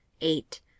eight